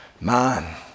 Man